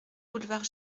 boulevard